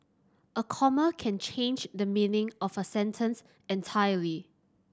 a comma can change the meaning of a sentence entirely